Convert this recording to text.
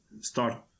start